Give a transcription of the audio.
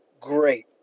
great